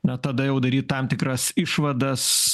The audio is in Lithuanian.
na tada jau daryt tam tikras išvadas